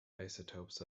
isotopes